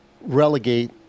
relegate